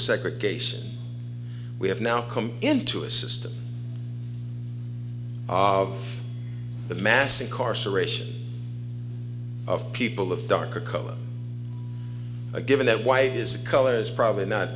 segregation we have now come into a system of the mass incarceration of people of darker color a given that white his color is probably not